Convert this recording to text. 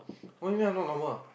why weird not normal